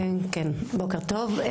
בוקר טוב.